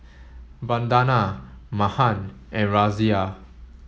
Vandana Mahan and Razia